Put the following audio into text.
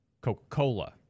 Coca-Cola